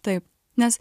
taip nes